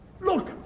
Look